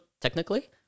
technically